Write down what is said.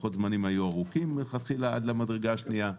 לוחות הזמנים היו ארוכים מלכתחילה עד למדרגה השניה,